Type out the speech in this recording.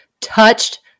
touched